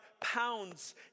pounds